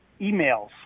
emails